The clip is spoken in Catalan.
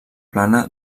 plana